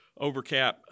Overcap